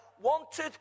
wanted